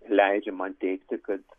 leidžia man teigti kad